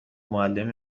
معلم